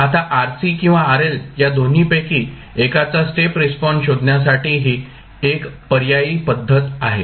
आता RC किंवा RL या दोन्हीपैकी एकाचा स्टेप रिस्पॉन्स शोधण्यासाठीही एक पर्यायी पद्धत आहे